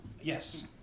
Yes